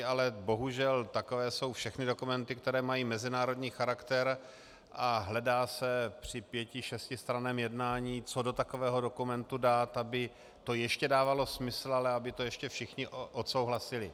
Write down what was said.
Ale bohužel takové jsou všechny dokumenty, které mají mezinárodní charakter, a hledá se při pěti, šestistranném jednání, co do takového dokumentu dát, aby to ještě dávalo smysl, ale aby to ještě všichni odsouhlasili.